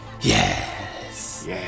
yes